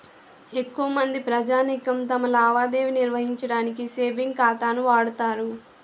ఎక్కువమంది ప్రజానీకం తమ లావాదేవీ నిర్వహించడానికి సేవింగ్ ఖాతాను వాడుతారు